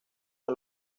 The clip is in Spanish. del